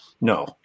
No